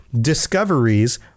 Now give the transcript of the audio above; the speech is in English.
discoveries